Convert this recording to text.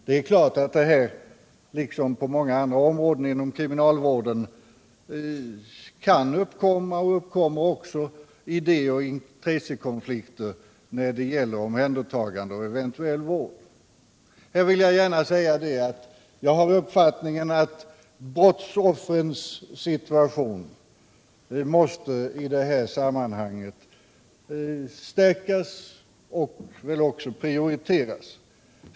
Det är klart att det här liksom på många andra områden inom kriminalvården kan uppkomma, och också uppkommer, idé och intressekonflikter när det gäller omhändertagande och eventuell vård. Jag har den uppfattningen att brottsoffrens situation i det här sammanhanget måste stärkas och också prioriteras.